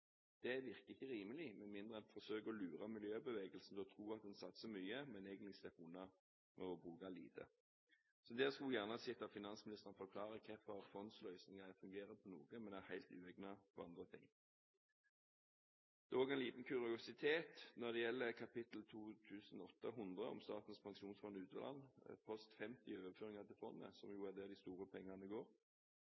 Det virker ikke rimelig, med mindre man forsøker å lure miljøbevegelsen til å tro at man satser mye, men egentlig slipper unna ved å bruke lite. Jeg skulle gjerne hørt finansministeren forklare hvorfor fondsløsninger fungerer på noe, men er helt uegnet til andre ting. Når det gjelder kapittel 2800, om Statens pensjonsfond utland, post 50, overføringer til fondet, som jo